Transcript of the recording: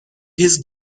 his